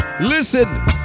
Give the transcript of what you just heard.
Listen